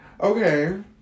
Okay